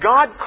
God